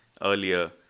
earlier